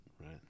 right